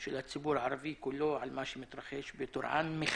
של הציבור הערבי כולו על מה שמתרחש בטורעאן.